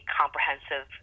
comprehensive